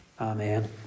Amen